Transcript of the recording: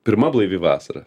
pirma blaivi vasara